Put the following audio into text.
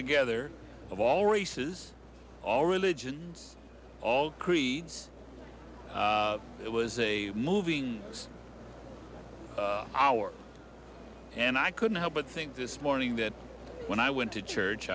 together of all races all religions all creeds it was a moving hour and i couldn't help but think this morning that when i went to church